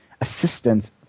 assistance